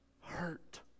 hurt